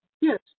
Yes